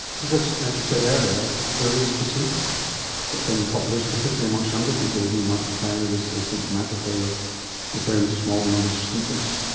because, as you said earlier, there is fatigue in the population, particularly amongst younger people who might be carrying this asymptomatically or with very small numbers of symptoms.